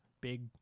big